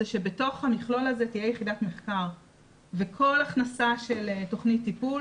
זה שבתוך המכלול הזה תהיה יחידת מחקר וכל הכנסה של תוכנית טיפול